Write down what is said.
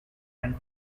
and